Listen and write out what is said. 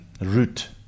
root